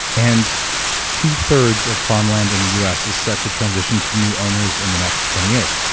and two-thirds of farmland in the us is set to transition to new owners in the next twenty years.